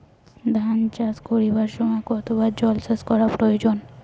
ধান চাষ করিবার সময় কতবার জলসেচ করা প্রয়োজন?